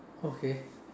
okay